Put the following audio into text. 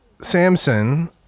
Samson